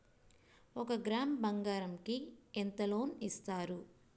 ఒక గ్రాము బంగారం కి ఎంత లోన్ ఇస్తారు?